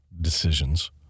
decisions